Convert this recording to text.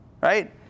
Right